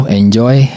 enjoy